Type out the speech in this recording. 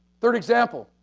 third example.